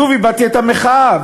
שוב הבעתי את המחאה,